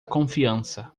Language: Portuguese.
confiança